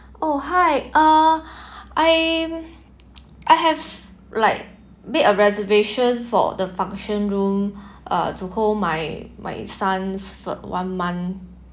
oh hi uh I I have like made a reservation for the function room uh to hold my my son's for one month